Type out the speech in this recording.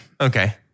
Okay